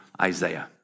Isaiah